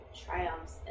triumphs